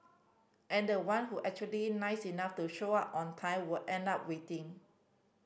and the one who actually nice enough to show up on time would end up waiting